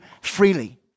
freely